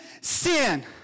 sin